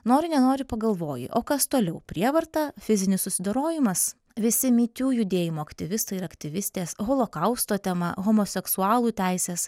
nori nenori pagalvoji o kas toliau prievarta fizinis susidorojimas visi me too judėjimo aktyvistai ir aktyvistės holokausto tema homoseksualų teisės